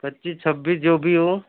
پچیس چھبیس جو بھی ہو